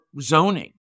zoning